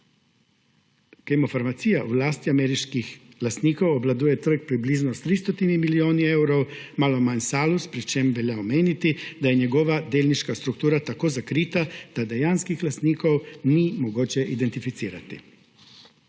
Kemofarmacija v lasti ameriških lastnikov obvladuje trg približno s 300 milijoni evrov, malo manj Salus, pri čemer velja omeniti, da je njegova delniška struktura tako zakrita, da dejanskih lastnikov ni mogoče identificirati.